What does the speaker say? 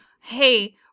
Hey